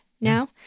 now